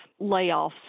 Layoffs